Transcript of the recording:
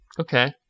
Okay